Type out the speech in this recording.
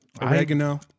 Oregano